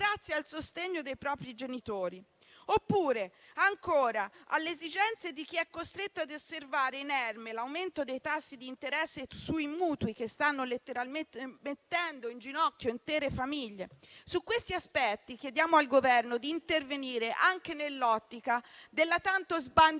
grazie al sostegno dei propri genitori e, ancora, alle esigenze di chi è costretto ad osservare inerme l'aumento dei tassi di interesse sui mutui che stanno letteralmente mettendo in ginocchio intere famiglie. Su questi aspetti chiediamo al Governo di intervenire anche nell'ottica della tanto sbandierata